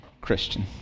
Christian